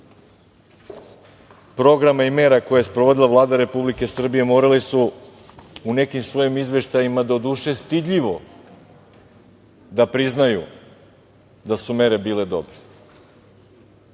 programa i mera koje je sprovodila Vlada Republike Srbije morali su u nekim svojim izveštajima, doduše stidljivo, da priznaju da su mere bile dobre.